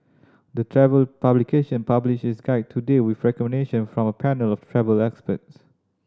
the travel publication published its guide today with recommendation from a panel of travel expert